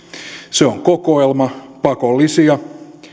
se on kokoelma pakollisia